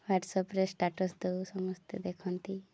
ହ୍ଵାଟ୍ସପ୍ରେ status ତ ସମସ୍ତେ ଦେଖନ୍ତି